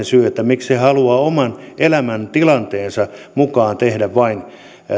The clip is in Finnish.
syy miksi hän haluaa oman elämäntilanteensa mukaan tehdä vain